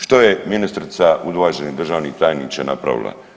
Što je ministrica, uvaženi državni tajniče, napravila?